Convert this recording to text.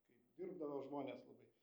kaip dirbdavo žmonės labai